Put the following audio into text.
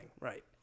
right